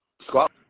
Squat